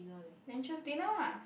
then choose dinner ah